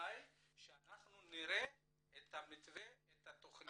בתנאי שאנחנו נראה את המתווה, את התכנית.